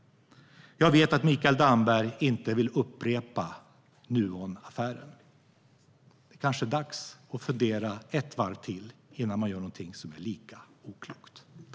Jag vet att Mikael Damberg inte vill upprepa Nuonaffären. Det är kanske dags att fundera ett varv till innan man gör någonting som är lika oklokt.